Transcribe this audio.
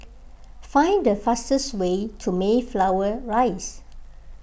find the fastest way to Mayflower Rise